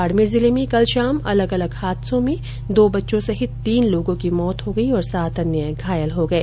बाडमेर जिले में कल शाम अलग अलग हादसों में दो बच्चों सहित तीन लोगों की मौत हो गई और सात अन्य घायल हो गये